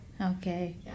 Okay